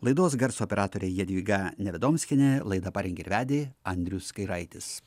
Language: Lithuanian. laidos garso operatorė jadvyga nevedomskienė laidą parengė ir vedė andrius kairaitis